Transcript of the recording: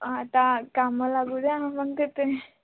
आता कामं लागू द्या मग देते